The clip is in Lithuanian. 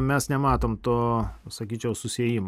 mes nematom to sakyčiau susiejimo